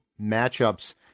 matchups